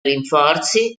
rinforzi